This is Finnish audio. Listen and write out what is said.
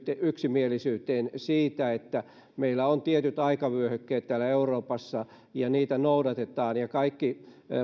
yksimielisyyteen siitä että meillä on tietyt aikavyöhykkeet täällä euroopassa ja niitä noudatetaan ja kaikki